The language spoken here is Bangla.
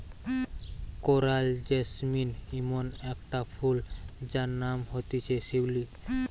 কোরাল জেসমিন ইমন একটা ফুল যার নাম হতিছে শিউলি